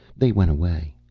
they went away.